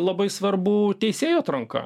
labai svarbu teisėjų atranka